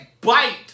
bite